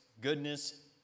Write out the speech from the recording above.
goodness